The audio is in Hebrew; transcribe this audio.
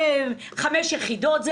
חמש יחידות.